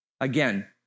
Again